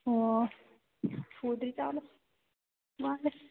ꯑꯣ ꯎꯗ꯭ꯔꯤꯗ ꯑꯃꯨꯛ ꯃꯥꯅꯦ